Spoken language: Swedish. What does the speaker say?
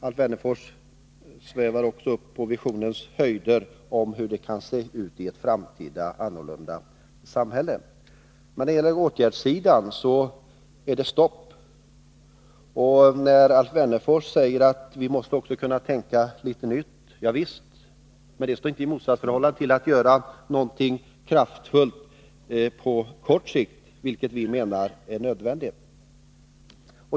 Alf Wennerfors svävar också upp på visionens höjder och förklarar hur det kan se ut i ett framtida, annorlunda samhälle. Men när det gäller åtgärder är det stopp. Alf Wennerfors säger att vi måste kunna tänka litet nytt. Ja visst, men det står inte i motsatsförhållande till att göra någonting kraftfullt på kort sikt, vilket vi menar är nödvändigt.